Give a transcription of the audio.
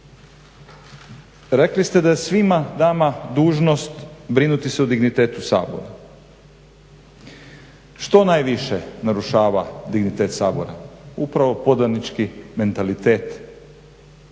Rekli ste da je svima nama dužnost brinuti se o dignitetu Sabora. Što najviše narušava dignitet Sabora? Upravo podanički mentalitet saborskih